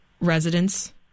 residents